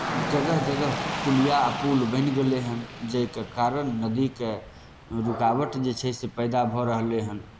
जगह जगह पुलिया आ पुल बनि गेलै हन जाहिके कारण नदीकेँ रूकावट जे छै से पैदा भऽ रहलै हन